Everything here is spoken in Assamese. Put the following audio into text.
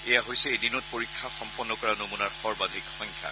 এয়া হৈছে এদিনত পৰীক্ষা সম্পন্ন কৰা নমুনাৰ সৰ্বাধিক সংখ্যা